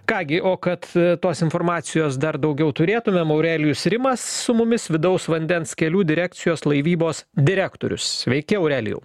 ką gi o kad tos informacijos dar daugiau turėtumėm aurelijus rimas su mumis vidaus vandens kelių direkcijos laivybos direktorius sveiki aurelijau